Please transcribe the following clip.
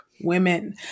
Women